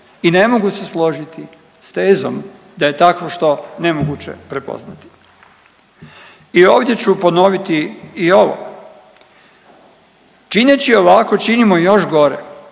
i ne mogu se složiti s tezom da je takvo što nemoguće prepoznati. I ovdje ću ponoviti i ovo, čineći ovako činimo još gore